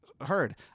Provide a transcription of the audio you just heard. heard